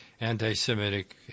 anti-Semitic